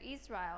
Israel